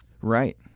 right